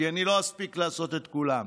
כי אני לא אספיק לעשות את כולם.